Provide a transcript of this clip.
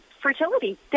fertility